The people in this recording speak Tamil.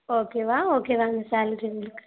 ஓகேவா ஓகேவா இந்த சால்ரி உங்களுக்கு